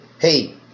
Hey